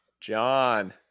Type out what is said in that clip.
John